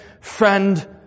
Friend